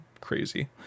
crazy